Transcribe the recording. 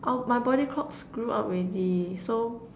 our~ my body clock screw up already so